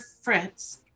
Fritz